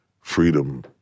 freedom